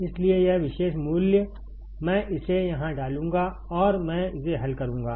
इसलिए यह विशेष मूल्य मैं इसे यहां डालूंगा और मैं इसे हल करूंगा